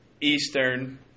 eastern